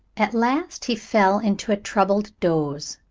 at last he fell into a troubled doze,